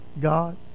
God